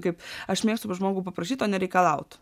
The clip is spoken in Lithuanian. kaip aš mėgstu pas žmogų paprašyt o ne reikalaut